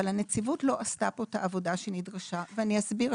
אבל הנציבות לא עשתה פה את העבודה שהיא נדרשה ואני אסביר,